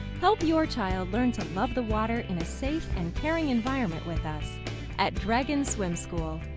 help your child learn to love the water in a safe and caring environment with us at dragon swim school.